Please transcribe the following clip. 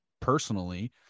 personally